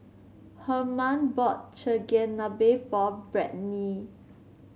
Harman bought Chigenabe for Brittnie